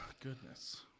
goodness